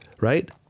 right